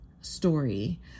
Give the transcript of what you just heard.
story